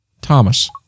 Thomas